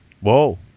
Whoa